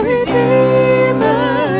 Redeemer